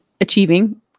achieving